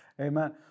Amen